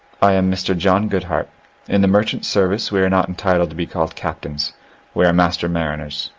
i am mr. john goodhart in the merchant service we are not entitled to be called captains we are master mariners.